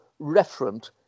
referent